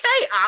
Okay